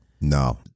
No